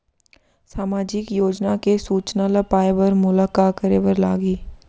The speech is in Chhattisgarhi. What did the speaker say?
सामाजिक योजना के सूचना ल पाए बर मोला का करे बर लागही?